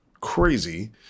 crazy